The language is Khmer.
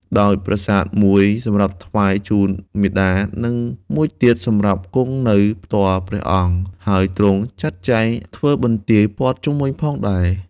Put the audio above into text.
ដោយប្រាសាទមួយសម្រាប់ថ្វាយជូនមេតា និងមួយទៀតសម្រាប់គង់នៅផ្ទាល់ព្រះអង្គ ហើយទ្រង់ចាត់ចែងធ្វើបន្ទាយព័ទ្ធជុំវិញផងដែរ។